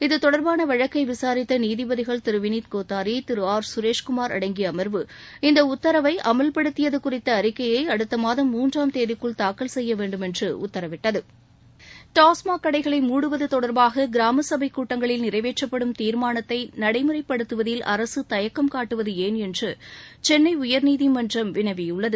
இது தொடர்பான வழக்கை விசாரித்த நீதிபதிகள் திரு விளித் கோத்தாரி திரு ஆர் சுரேஷ்குமார் அடங்கிய அமர்வு இந்த உத்தரவை அமல்படுத்தியது குறித்த அறிக்கையை அடுத்த மாதம் மூன்றாம் தேதிக்குள் தாக்கல் செய்ய வேண்டுமென்று உத்தரவிட்டது டாஸ்மாக் கடைகளை மூடுவது தொடர்பாக கிராமசபைக் கூட்டங்களில் நிறைவேற்றப்படும் தீர்மானத்தை நடைமுறைப்படுத்துவதில் அரசுக்கு தயக்கம் காட்டுவது ஏன் என்று சென்னை உயர்நீதிமன்றம் வினவியுள்ளது